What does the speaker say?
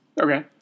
Okay